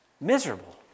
Miserable